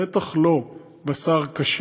בטח לא בשר כשר.